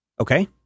Okay